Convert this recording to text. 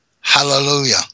Hallelujah